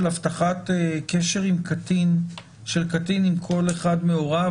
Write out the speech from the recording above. הבטחת קשר של קטין עם כל אחד מהוריו,